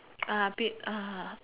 uh a bit ah